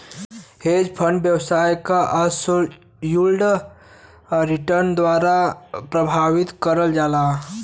hedge fund व्यवसाय के absolute return द्वारा परिभाषित करल जाला